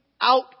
out